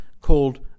called